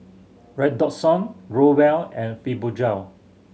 Redoxon Growell and Fibogel